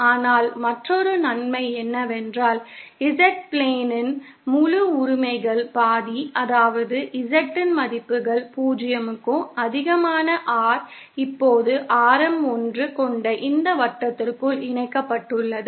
ஆனால் மற்றொரு நன்மை என்னவென்றால் Z பிளேனின் முழு உரிமைகள் பாதி அதாவது Z இன் மதிப்புகள் 0 க்கும் அதிகமான r இப்போது ஆரம் 1 கொண்ட இந்த வட்டத்திற்குள் இணைக்கப்பட்டுள்ளது